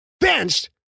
Benched